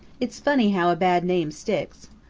it's funny how a bad name sticks.